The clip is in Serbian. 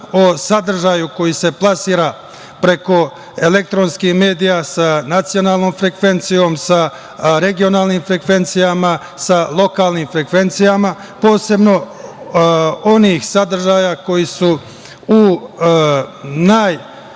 o sadržaju koji se plasira preko elektronskih medija sa nacionalnom frekvencijom, sa regionalnim frekvencijama, sa lokalnim frekvencijama, posebno onih sadržaja koji su u najvećem